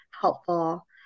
helpful